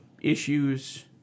issues